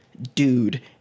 dude